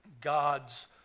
God's